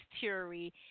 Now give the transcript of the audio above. theory